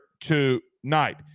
tonight